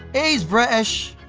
he's british.